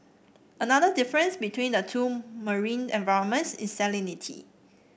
another difference between the two marine environments is salinity